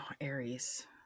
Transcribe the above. Aries